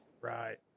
Right